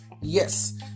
yes